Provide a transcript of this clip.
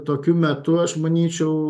tokiu metu aš manyčiau